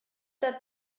that